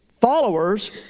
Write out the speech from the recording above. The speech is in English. followers